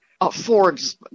affords